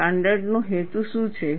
standard નો હેતુ શું છે